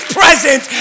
present